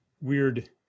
weird